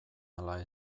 ala